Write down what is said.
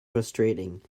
frustrating